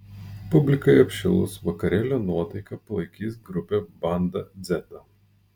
publikai apšilus vakarėlio nuotaiką palaikys grupė banda dzeta